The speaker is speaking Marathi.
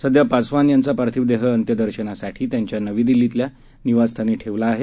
सध्या पासवान यांचा पार्थिव देह अंत्यदर्शनासाठी त्यांच्या नवी दिल्लीतल्या निवास स्थानी ठेवला आहे